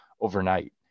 overnight